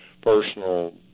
personal